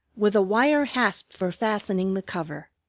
with a wire hasp for fastening the cover.